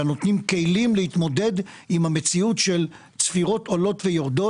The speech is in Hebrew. אלא נותנים כלים להתמודד עם המציאות של צפירות עולות ויורדות.